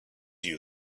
you